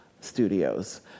studios